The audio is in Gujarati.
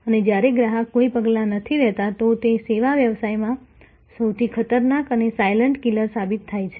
અને જ્યારે ગ્રાહકો કઈ પગલાં નથી લેતા તો તે સેવા વ્યવસાય માં સૌથી ખતરનાક અને સાયલન્ટ કિલર સાબિત થાય છે